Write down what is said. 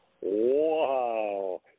Wow